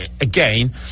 again